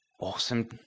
awesome